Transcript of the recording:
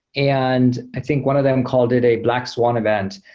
and i think one of them called it a black swan event.